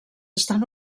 estan